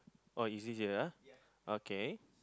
oh is it here okay